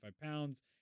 pounds